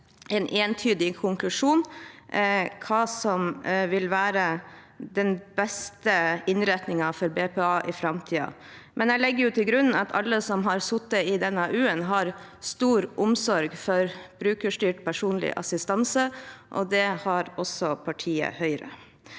en entydig konklusjon om hva som vil være den beste innretningen for BPA i framtiden. Men jeg legger til grunn at alle som har sittet i dette utvalget har stor omsorg for brukerstyrt personlig assistanse, og det har også partiet Høyre.